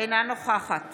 אינה נוכחת